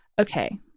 okay